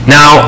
Now